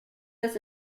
this